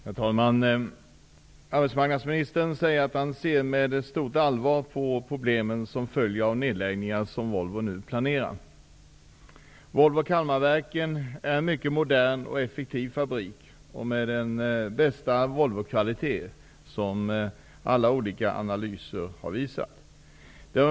Herr talman! Arbetsmarknadsministern säger att han ser med stort allvar på problemen som följer av de nedläggningar Volvo nu planerar. Volvo Kalmarverken är en modern och effektiv fabrik med den bästa Volvokvaliteten -- som alla olika analyser visar.